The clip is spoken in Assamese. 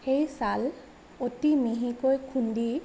সেই ছাল অতি মিহিকৈ খুন্দি